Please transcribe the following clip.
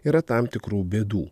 yra tam tikrų bėdų